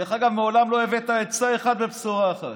דרך אגב, מעולם לא הבאת עצה אחת ובשורה אחת.